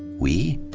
we?